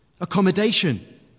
accommodation